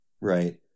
right